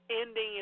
ending